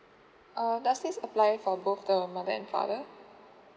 uh does this apply for both the mother and father